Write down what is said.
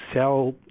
sell